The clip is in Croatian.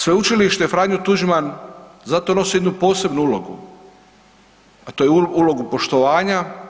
Sveučilište „Franjo Tuđman“ zato nosi jednu posebnu ulogu, a to je ulogu poštovanja.